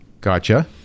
gotcha